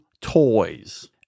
toys